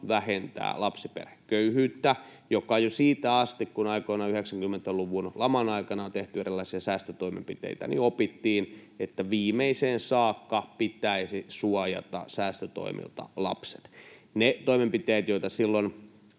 vähentää lapsiperheköyhyyttä. Jo siitä asti, kun aikoinaan 90-luvun laman aikana on tehty erilaisia säästötoimenpiteitä, opittiin, että viimeiseen saakka pitäisi suojata säästötoimilta lapset. Niistä toimenpiteistä, joita silloin